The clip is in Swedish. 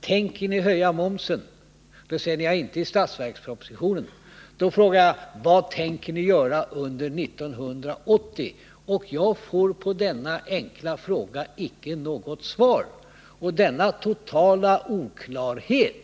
Tänker ni höja momsen? Ni svarar: Inte i budgetpropositionen. Då frågar jag: Vad tänker ni göra under 1980? Jag får på denna enkla fråga icke något svar. Denna totala oklarhet